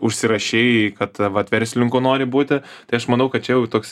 užsirašei kad vat verslinku nori būti tai aš manau kad čia jau toks